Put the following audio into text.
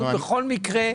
בכל מקרה,